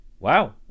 wow